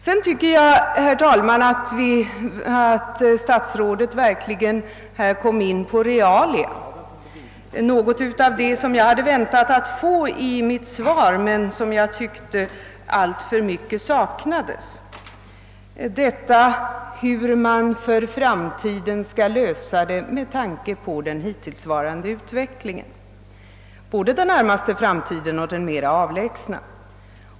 Jag tycker, herr talman, att statsrådet i sitt senaste anförande kom in på realia — på något av det som jag väntat mig att få besked om i svaret men som i alltför stor utsträckning saknades där. Jag syftar på hur man för framtiden skall lösa problemen med tanke på den hittillsvarande utvecklingen; det gäller både den närmaste framtiden och den mer avlägsna.